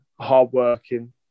hardworking